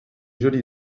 joli